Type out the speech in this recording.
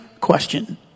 question